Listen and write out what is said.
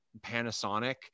Panasonic